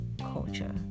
culture